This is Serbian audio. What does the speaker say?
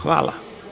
Hvala.